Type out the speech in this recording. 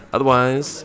Otherwise